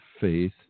faith